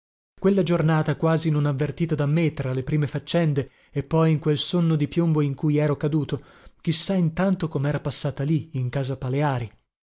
quella giornata quasi non avvertita da me tra le prime faccende e poi in quel sonno di piombo in cui ero caduto chi sa intanto comera passata lì in casa paleari